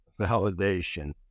validation